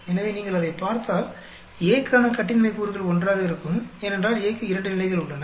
எனவே நீங்கள் அதைப் பார்த்தால் A க்கான கட்டின்மை கூறுகள் 1 ஆக இருக்கும் ஏனென்றால் A க்கு இரண்டு நிலைகள் உள்ளன